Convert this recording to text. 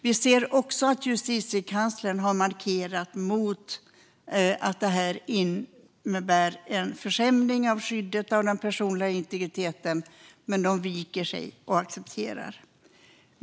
Vi ser också att Justitiekanslern har markerat mot det här förslaget, då det innebär en försämring av skyddet av den personliga integriteten. Men man viker sig och accepterar.